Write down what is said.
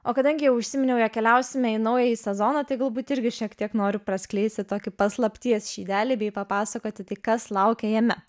o kadangi jau užsiminiau jog keliausime į naująjį sezoną tai galbūt irgi šiek tiek noriu praskleisti tokį paslapties šydelį bei papasakoti tai kas laukia jame